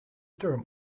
term